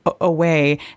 away